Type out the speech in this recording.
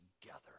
together